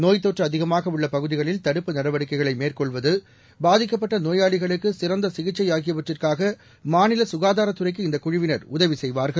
நோய்த்தொற்றுஅதிகமாகஉள்ளபகுதிகளில் நடவடிக்கைகளைமேற்கொள்வது தடுப்பு பாதிக்கப்பட்டநோயாளிகளுக்குசிறந்தசிகிச்சைஆகியவற்றுக்காகமாநிலசுகாதாரத்துறைக்கு இந்தகுழுவினர் உதவிசெய்வார்கள்